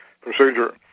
procedure